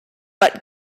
but